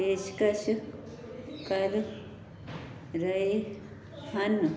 ਪੇਸ਼ਕਸ਼ ਕਰ ਰਹੇ ਹਨ